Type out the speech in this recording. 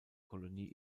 kolonie